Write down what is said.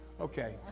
Okay